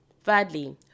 Thirdly